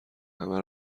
همه